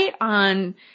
on